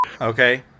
Okay